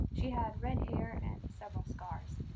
she had red hair and several scars.